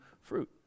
fruit